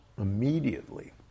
immediately